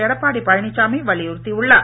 எடப்பாடி பழனிச்சாமி வலியுறுத்தியுள்ளார்